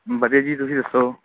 ਵਧੀਆ ਜੀ ਤੁਸੀਂ ਦੱਸੋ